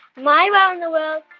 my wow in the world